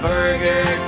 Burger